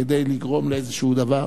כדי לגרום לאיזה דבר.